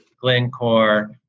Glencore